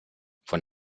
von